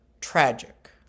tragic